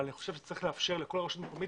אני חושב שצריך לאפשר לכל רשות מקומית